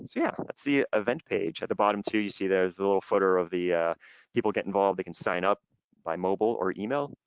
yeah, that's the event page, at the bottom too you see there's a little footer of the people get involved. they can sign up by mobile or email